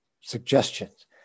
suggestions